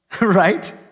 right